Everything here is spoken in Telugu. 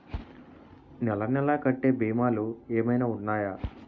నెల నెల కట్టే భీమాలు ఏమైనా ఉన్నాయా?